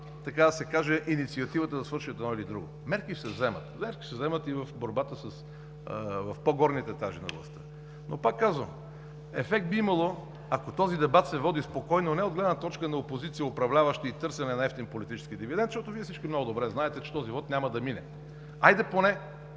и им се бави инициативата да свършат едно или друго. Мерки се вземат. Мерки се вземат и в борбата в по-горните етажи на властта, но пак казвам, че ефект би имало, ако този дебат се води спокойно, а не от гледна точка на опозиция, управляващи и търсене на евтин политически дивидент, защото Вие всички много добре знаете, че този вот няма да мине. Хайде, поне